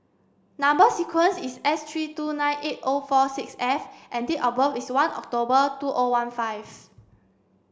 number sequence is S three two nine eight O four six F and date of birth is one October two O one five